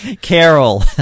Carol